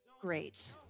great